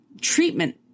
Treatment